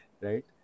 Right